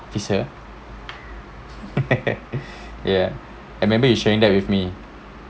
this a ya I remember you sharing that with me